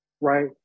right